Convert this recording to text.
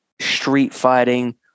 street-fighting